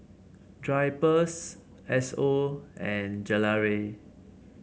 Drypers Esso and Gelare